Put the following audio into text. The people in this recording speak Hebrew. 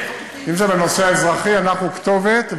אנחנו כתובת.